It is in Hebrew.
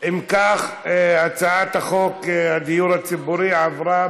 להעביר את הצעת חוק הדיור הציבורי (זכויות רכישה)